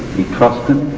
etruscan,